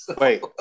wait